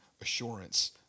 assurance